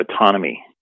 autonomy